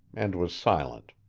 and was silent.